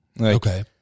Okay